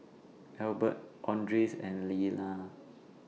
Albert Andres and Lyla